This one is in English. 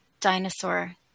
dinosaur